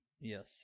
Yes